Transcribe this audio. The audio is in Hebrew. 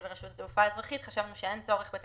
הדבר העיקרי שהניע פה את התיקון זה מחיקת